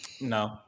No